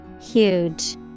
Huge